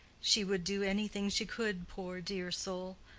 she would do anything she could, poor, dear soul.